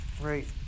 right